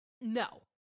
No